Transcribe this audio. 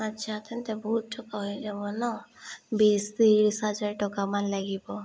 আচ্ছা তেন্তে বহুত টকা হৈ যাব ন বিছ ত্ৰিছ হাজাৰ টকামান লাগিব